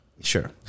Sure